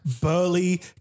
burly